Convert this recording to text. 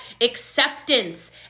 acceptance